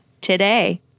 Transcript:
today